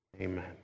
amen